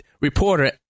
reporter